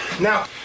Now